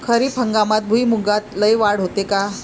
खरीप हंगामात भुईमूगात लई वाढ होते का?